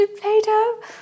Play-Doh